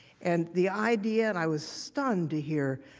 and the idea i was stunned to hear,